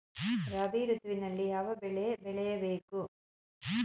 ರಾಬಿ ಋತುವಿನಲ್ಲಿ ಯಾವ ಬೆಳೆ ಬೆಳೆಯ ಬೇಕು?